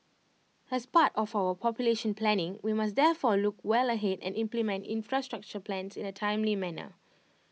as part of our population planning we must therefore look well ahead and implement infrastructure plans in A timely manner